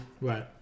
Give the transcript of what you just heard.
Right